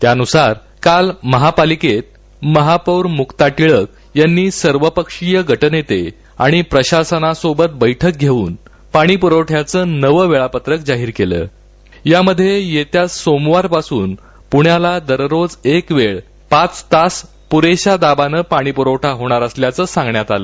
त्यानुसार काल महापालिकेत महापौर मुक्ता िळिक यांनी सर्वपक्षीय गाजेते आणि प्रशासनासोबत बैठक घेउना पाणी प्रवठ्याचे नवं वेळापत्रक जाहीर केलं त्यानुसार सोमवारपासून पुण्याला रोज एक वेळ पाच तास प्रेशा दाबानं पाणी पुरवठा होणार असल्याचं सांगण्यात आलं